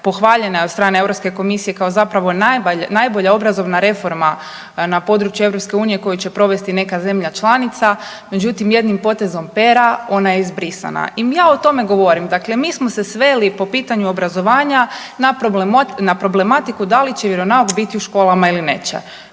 pohvaljena je od strane Europske komisije kao zapravo najbolja obrazovna reforma na području EU koju će provesti neka zemlja članica, međutim jednim potezom pera ona je obrisana. I ja o tome govorim, dakle mi smo se sveli po pitanju obrazovanja na problematiku da li će vjeronauk biti u školama ili neće.